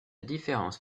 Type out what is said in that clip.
différence